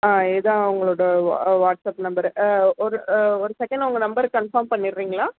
ஆ இதுதான் உங்களோடய வா வாட்ஸப் நம்பரு ஒரு ஒரு செகேண்ட் உங்கள் நம்பரை கன்ஃபார்ம் பண்ணிடுறீங்களா